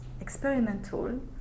experimental